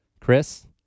Chris